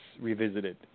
Revisited